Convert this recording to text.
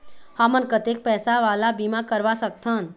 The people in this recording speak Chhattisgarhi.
हमन कतेक कितना पैसा वाला बीमा करवा सकथन?